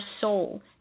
soul